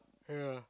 yeah